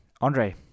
Andre